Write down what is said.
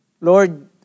Lord